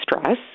stress